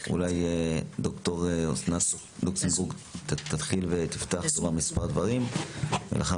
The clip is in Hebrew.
אולי ד"ר אסנת לוקסנבורג תתחיל ותאמר מספר דברים ולאחר